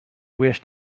wished